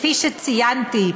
כפי שציינתי,